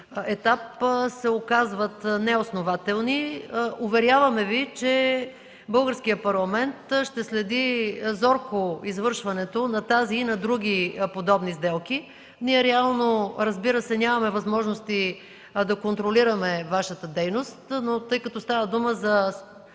етап се оказват неоснователни. Уверяваме ви, че българският парламент ще следи зорко извършването на тази и на други подобни сделки. Ние реално, разбира се, нямаме възможности да контролираме Вашата дейност, но тъй като става дума за